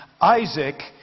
Isaac